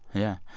yeah.